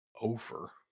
over